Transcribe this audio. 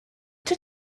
did